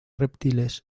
reptiles